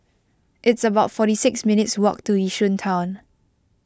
it's about forty six minutes' walk to Yishun Town